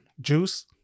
Juice